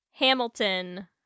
Hamilton